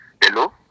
Hello